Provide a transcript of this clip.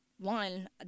one